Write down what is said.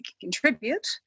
contribute